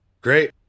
Great